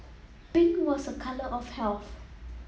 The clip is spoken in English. pink was a colour of health